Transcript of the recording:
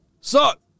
suck